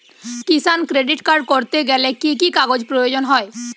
কিষান credit card করতে গেলে কি কি কাগজ প্রয়োজন হয়?